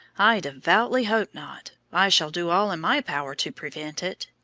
i devoutly hope not. i shall do all in my power to prevent it.